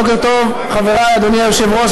בוקר טוב חברי, אדוני היושב-ראש.